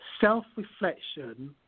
self-reflection